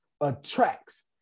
attracts